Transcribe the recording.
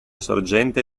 sorgente